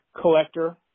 collector –